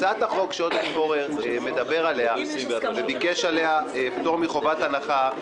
הצעת החוק שעודד פורר מדבר עליה וביקש עליה פטור מחובת הנחה,